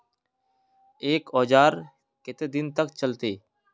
एक औजार केते दिन तक चलते?